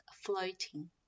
floating